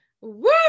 Woo